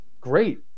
great